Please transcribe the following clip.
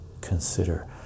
consider